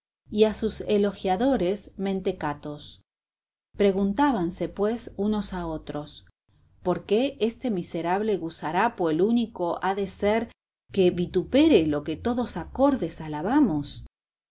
a sus elogiadores mentecatos preguntábanse pues unos a otros por qué este miserable gusarapo el único ha de ser que vitupere lo que todos acordes alabamos